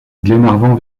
glenarvan